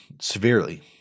severely